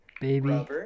Baby